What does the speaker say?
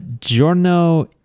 Giorno